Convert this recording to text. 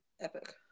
Epic